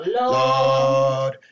Lord